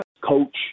coach